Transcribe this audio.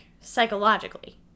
psychologically